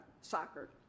soccer